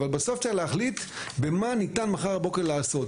אבל בסוף צריך להחליט מה ניתן מחר בבוקר לעשות.